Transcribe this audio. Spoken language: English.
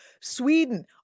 Sweden